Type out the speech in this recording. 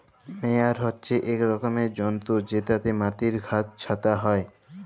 মেয়ার হছে ইক রকমের যল্তর যেটতে মাটির ঘাঁস ছাঁটা হ্যয়